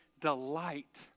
delight